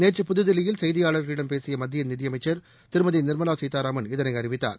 நேற்று புதுதில்லியில் செய்தியாளர்களிடம் பேசியமத்தியநிதியமைச்ச் திருமதி நிாமலாசீதாராமன் இதனைஅறிவித்தார்